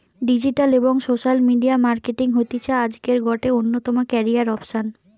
digital এবং social media marketing হতিছে আজকের গটে অন্যতম ক্যারিয়ার অপসন